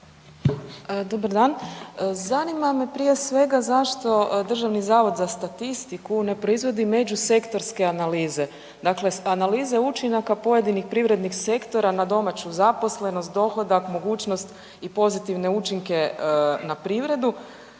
Dobar dan. Zanima me prije svega zašto Državni zavod za statistiku ne proizvodi međusektorske analize? Dakle, analize učinaka pojedinih privrednih sektora na domaću zaposlenost, dohodak, mogućnost i pozitivne učinke na privredu,